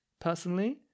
personally